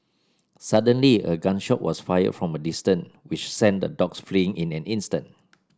suddenly a gun shot was fired from a distance which sent the dogs fleeing in an instant